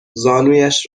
زانویش